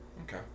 Okay